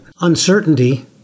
uncertainty